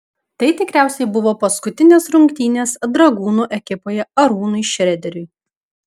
tai tikriausiai buvo paskutinės rungtynės dragūno ekipoje arūnui šrederiui